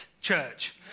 church